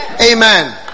Amen